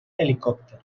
helicòpter